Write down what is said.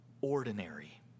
ordinary